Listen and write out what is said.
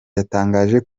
yatangaje